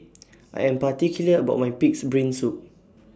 I Am particular about My Pig'S Brain Soup